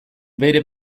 bere